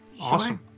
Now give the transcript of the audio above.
Awesome